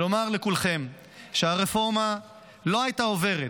ולומר לכולכם שהרפורמה לא הייתה עוברת